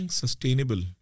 sustainable